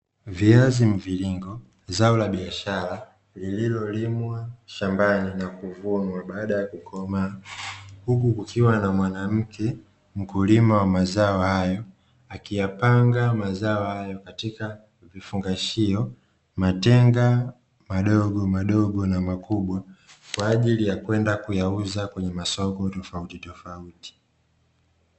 Viazi mviringo zao la biashara lililolimwa shambani na kuvunwa baada ya kukomaa huku kukiwa na mwanamke mkulima wa mazao hayo akiyapanga mazao hayo katika vifungashio, matenga madogomadogo na makubwa kwa ajili ya kwenda kuyauza kwenye masoko tofautitofauti.